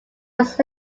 was